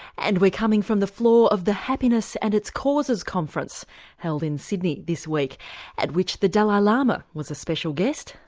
and we're coming from the floor of the happiness and its causes conference held in sydney this week at which the dalai lama was a special guest,